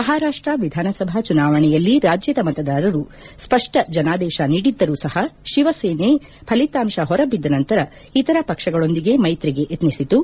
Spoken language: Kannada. ಮಹಾರಾಷ್ಷ ವಿಧಾನಸಭಾ ಚುನಾವಣೆಯಲ್ಲಿ ರಾಜ್ಯದ ಮತದಾರರು ಸ್ಪಷ್ಷ ಜನಾದೇಶ ನೀಡಿದ್ದರೂ ಸಹ ಶಿವಸೇನೆ ಫಲಿತಾಂಶ ಹೊರಬಿದ್ದ ನಂತರ ಇತರ ಪಕ್ಷಗಳೊಂದಿಗೆ ಮೈತ್ರಿಗೆ ಯತ್ರಿಸಿತು